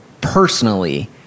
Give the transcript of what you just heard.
personally